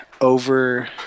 over